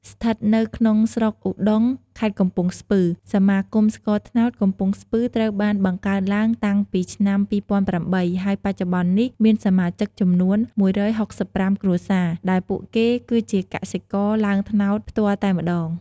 ស្ថិតនៅក្នុងស្រុកឧត្តុង ខេត្តកំពង់ស្ពឺ សមាគមស្ករត្នោតកំពង់ស្ពឺត្រូវបានបង្កើតឡើងតាំងពីឆ្នាំ២០០៨ ហើយបច្ចុប្បន្ននេះមាន សមាជិកចំនួន ១៦៥ គ្រួសារ ដែលពួកគេគឺជាកសិករឡើងត្នោតផ្ទាល់តែម្ដង។